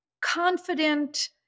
confident